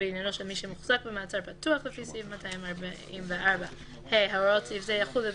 בעניינו של מי שמוחזק במעצר פתוח לפי סעיף 244. (ה)הוראות סעיף זה יחולו,